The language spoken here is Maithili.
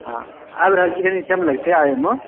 हँ आबि रहल छी लेकिन टाइम लगतै आबैमे